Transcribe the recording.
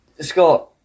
Scott